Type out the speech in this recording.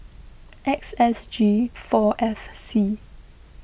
X S G four F C